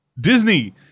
Disney